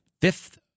fifth